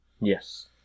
Yes